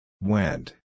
Went